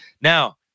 Now